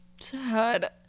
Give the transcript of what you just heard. Sad